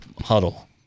huddle